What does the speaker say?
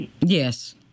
Yes